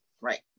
Right